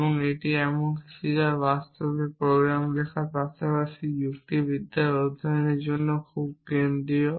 এবং এটি এমন কিছু যা বাস্তবে প্রোগ্রাম লেখার পাশাপাশি যুক্তিবিদ্যার অধ্যয়নের জন্য খুব কেন্দ্রীয়